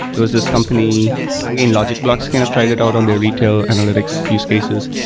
there was this company again, logicblocks kind of tried it out on their retail analytics use cases.